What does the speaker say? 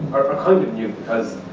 or kind of knew. because